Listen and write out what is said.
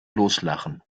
loslachen